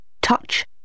touch